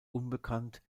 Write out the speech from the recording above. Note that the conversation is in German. unbekannt